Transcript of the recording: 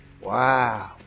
Wow